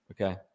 okay